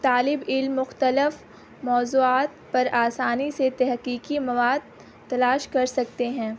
طالب علم مختلف موضوعات پر آسانی سے تحقیقی مواد تلاش کر سکتے ہیں